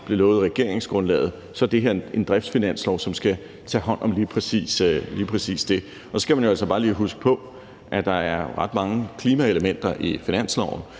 blev lovet i regeringsgrundlaget; så det her er en driftsfinanslov, som skal tage hånd om lige præcis det. Så skal man jo altså bare lige huske på, at der er ret mange klimaelementer i finanslovsforslaget.